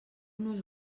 nos